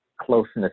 closeness